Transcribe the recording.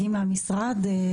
בנושא.